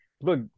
look